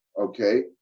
okay